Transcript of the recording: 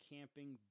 Camping